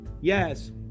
Yes